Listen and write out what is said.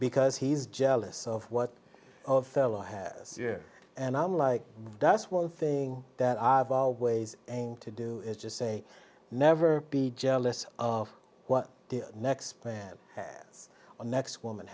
because he's jealous of what of fellow had and i'm like that's one thing that i've always aim to do is just say never be jealous of what the next plan is the next woman